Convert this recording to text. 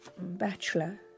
Bachelor